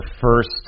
first